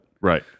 right